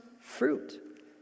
fruit